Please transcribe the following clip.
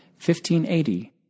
1580